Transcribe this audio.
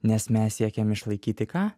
nes mes siekiam išlaikyti ką